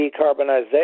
decarbonization